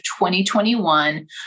2021